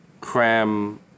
Cram